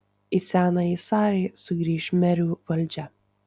į senąjį sarį sugrįš merių valdžia